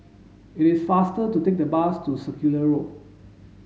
it is faster to take the bus to Circular Road